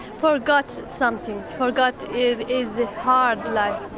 forgot something, forgot it is a hard life.